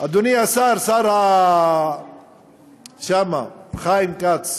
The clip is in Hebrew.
אדוני השר, השר חיים כץ,